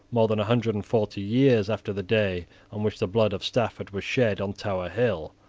more than a hundred and forty years after the day on which the blood of stafford was shed on tower hill,